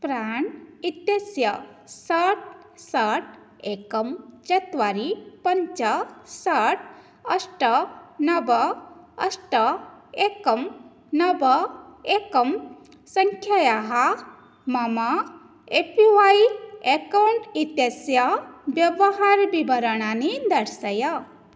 प्राण् इत्यस्य षट् षट् एकं चत्वारि पञ्च षट् अष्ट नव अष्ट एकं नव एकं सङ्ख्यायाः मम ए पी वाय् अकौण्ट् इत्यस्य व्यवहारविवरणानि दर्शय